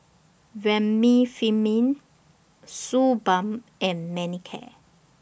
Remifemin Suu Balm and Manicare